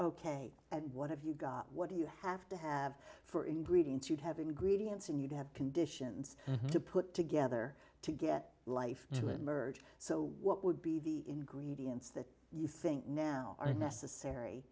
ok and what have you got what do you have to have for ingredients you have ingredients and you have conditions to put together to get life to emerge so what would be the gradients that you think now are necessary